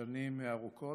שנים ארוכות,